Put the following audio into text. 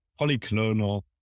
polyclonal